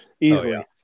Easily